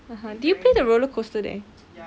(uh huh) did you play the roller coaster there